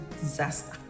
disaster